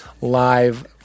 live